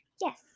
yes